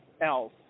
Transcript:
else